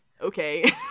okay